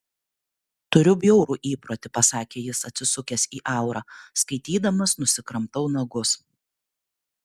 turiu bjaurų įprotį pasakė jis atsisukęs į aurą skaitydamas nusikramtau nagus